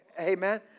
Amen